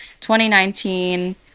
2019